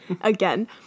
again